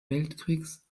weltkriegs